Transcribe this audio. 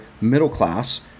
middle-class